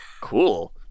Cool